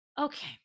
Okay